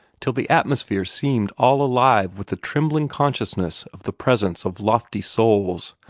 till the atmosphere seemed all alive with the trembling consciousness of the presence of lofty souls,